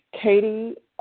Katie